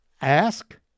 Ask